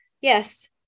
Yes